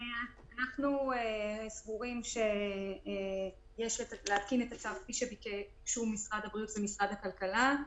אנחנו סבורים שיש לקיים את הצו כפי שביקשו משרד הבריאות ומשרד הכלכלה.